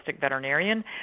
veterinarian